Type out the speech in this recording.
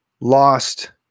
lost